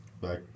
Back